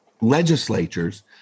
legislatures